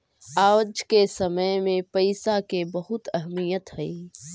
आज के समय में पईसा के बहुत अहमीयत हई